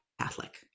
Catholic